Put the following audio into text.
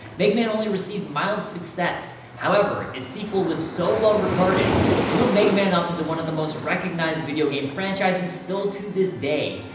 mega man only received mild success, however, its sequel was so well regarded, it blew mega man up into one of the most recognized video game franchises still to this day.